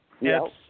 Yes